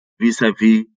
vis-a-vis